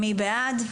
מי בעד?